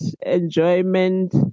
enjoyment